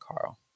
Carl